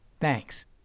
Thanks